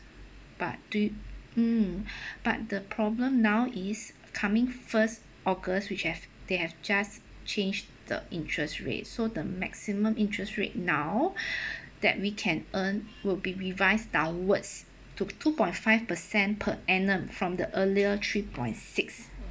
but do mm but the problem now is coming first august which have they have just change the interest rate so the maximum interest rate now that we can earn will be revised downwards to two point five percent per annum from the earlier three point six